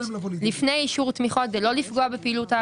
לפני אישור תמיכות כדי לא לפגוע בפעילות האגודות.